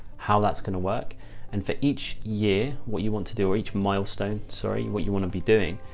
how that's going to work and for each year, what you want to do, or each milestone, sorry, what you want to be doing.